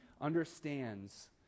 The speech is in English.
understands